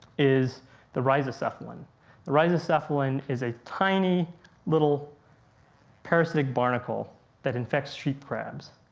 is the rhizocephala. and the rhizocephala and is a tiny little parasitic barnacle that infects sheep crabs.